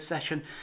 session